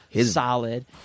solid